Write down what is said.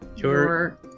Sure